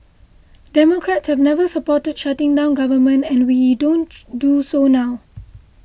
democrats have never supported shutting down government and we don't do so now